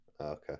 okay